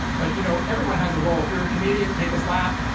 but you know everyone has a role. if you're a comedian, make us laugh.